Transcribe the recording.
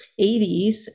80s